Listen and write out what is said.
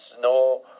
no